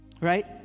right